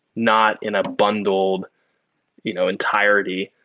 not in a bundled you know entirety,